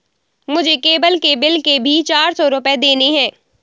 मुझे केबल के बिल के भी चार सौ रुपए देने हैं